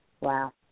Wow